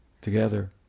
together